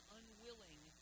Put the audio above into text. unwilling